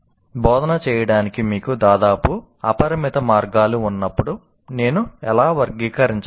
బోధన చేయడానికి మీకు దాదాపు అపరిమిత మార్గాలు ఉన్నప్పుడు నేను ఎలా వర్గీకరించగలను